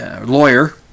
lawyer